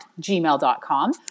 gmail.com